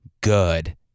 Good